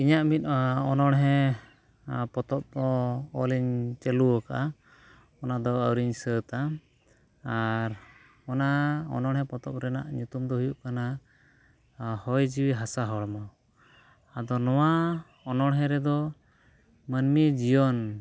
ᱤᱧᱟᱹᱜ ᱢᱤᱫ ᱚᱱᱚᱬᱦᱮ ᱯᱚᱛᱚᱵ ᱚᱞᱤᱧ ᱪᱟᱹᱞᱩ ᱠᱟᱜᱼᱟ ᱚᱱᱟᱫᱚ ᱟᱹᱣᱨᱤᱧ ᱥᱟᱹᱛᱟ ᱟᱨ ᱚᱱᱟ ᱚᱱᱚᱬᱦᱮ ᱯᱚᱛᱚᱵ ᱨᱮᱭᱟᱜ ᱧᱩᱛᱩᱢ ᱫᱚ ᱦᱩᱭᱩᱜ ᱠᱟᱱᱟ ᱦᱚᱭ ᱡᱤᱣᱤ ᱦᱟᱥᱟ ᱦᱚᱲᱢᱚ ᱟᱫᱚ ᱱᱚᱣᱟ ᱚᱱᱚᱬᱦᱮ ᱨᱮᱫᱚ ᱢᱟᱹᱱᱢᱤ ᱡᱤᱭᱚᱱ